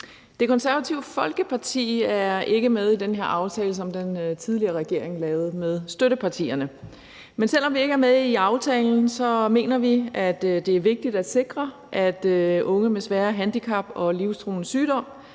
Det Konservative Folkeparti er ikke med i den her aftale, som den tidligere regering lavede med støttepartierne. Men selv om vi ikke er med i aftalen, mener vi, at det er vigtigt at sikre, at unge med svære handicap og livstruende sygdomme